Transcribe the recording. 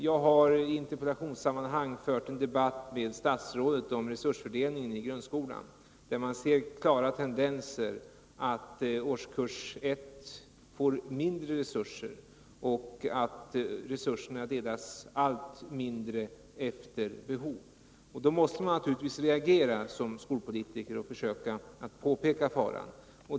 Jag har i interpellationssammanhang fört en debatt med skolministern om resursfördelningen i grundskolan, där man ser klara tendenser att årskurs 1 får mindre resurser och att resurserna fördelas allt mindre efter behov. Då måste man naturligtvis som skolpolitiker reagera och försöka påpeka faran.